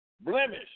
blemish